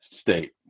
State